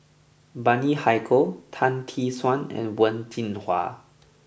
Bani Haykal Tan Tee Suan and Wen Jinhua